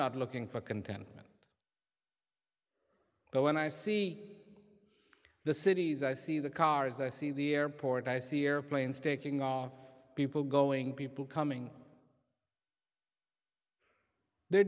not looking for contentment but when i see the cities i see the cars i see the airport i see airplanes taking off people going people coming the